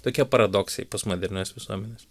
tokie paradoksai postmodernios visuomenės